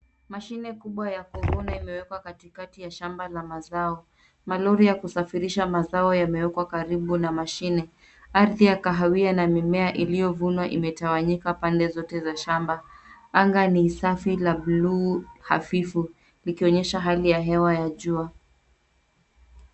Mashine kubwa ya kuvuna imewekwa katikati ya shamba la mazao. Malori ya kusafirisha mazao yamewekwa karibu na mashine. Ardhi ya kahawia na mimea iliyovunwa imetawanyika pande zote za shamba. Anga ni safi la blue hafifu likionyesha hali ya hewa ya jua.